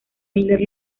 miller